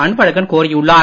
அன்பழகன் கோரியுள்ளார்